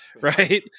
Right